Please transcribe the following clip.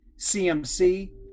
CMC